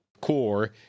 core